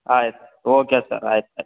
ಆಯ್ತು okay sir ಆಯ್ತು ಆಯ್ತು